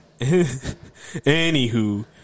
anywho